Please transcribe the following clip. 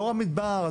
דור המדבר,